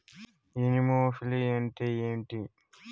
Anemophily అంటే ఏంటి?